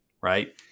right